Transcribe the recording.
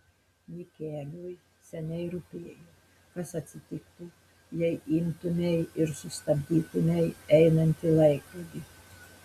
mikeliui seniai rūpėjo kas atsitiktų jei imtumei ir sustabdytumei einantį laikrodį